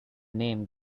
name